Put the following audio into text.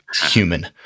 human